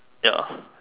ya